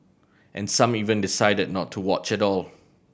and some even decided not to watch at all